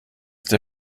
der